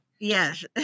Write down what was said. Yes